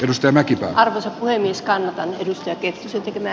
ristimäki arto heiskanen jätti sen tekemä